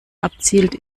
abzielt